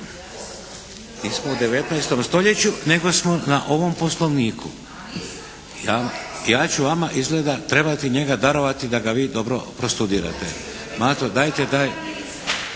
Nismo na 19. stoljeću, nego smo na ovom Poslovniku. Ja ću vama izgleda trebati njega darovati da ga vi dobro prostudirate. Mato dajte.